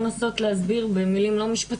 אני יכולה לנסות להסביר במילים לא משפטיות.